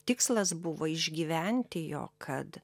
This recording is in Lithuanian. tikslas buvo išgyventi jo kad